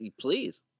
Please